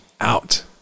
out